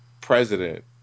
president